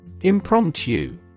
Impromptu